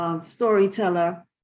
storyteller